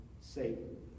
Satan